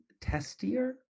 testier